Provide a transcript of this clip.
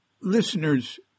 listener's